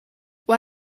why